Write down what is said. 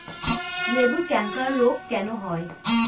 লেবুর ক্যাংকার রোগ কেন হয়?